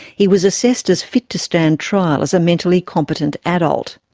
he was assessed as fit to stand trial as a mentally competent adult.